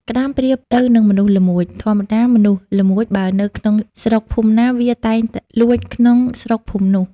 ក្ដាម ប្រៀបទៅនឹងមនុស្សល្មួច ធម្មតាមនុស្សល្មួច បើនៅក្នុងស្រុកភូមិណា វាតែងលួចក្នុងស្រុកភូមិនោះ ។